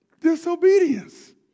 disobedience